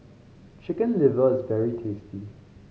Chicken Liver is very tasty